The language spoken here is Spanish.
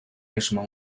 misma